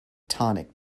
tonic